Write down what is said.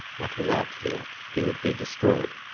but without fear he would be destroyed.